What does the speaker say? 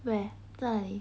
where 在哪里